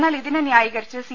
എന്നാൽ ഇതിനെ ന്യായീകരിച്ച് സി